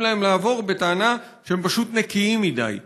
להם לעבור בטענה שהם פשוט נקיים מדי.